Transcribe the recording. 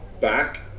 back